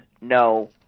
no